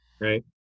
right